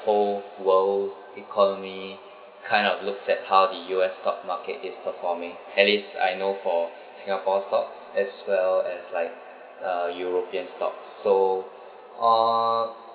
whole world economy kind of looks at how the U_S stock market is performing at least I know for singapore stock as well as like uh european stocks so uh